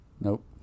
Nope